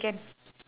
okay